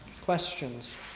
Questions